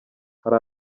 hari